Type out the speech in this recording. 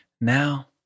now